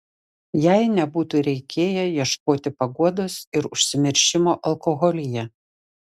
jai nebūtų reikėję ieškoti paguodos ir užsimiršimo alkoholyje